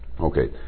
Okay